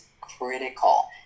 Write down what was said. critical